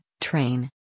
train